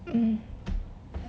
um